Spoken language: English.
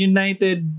United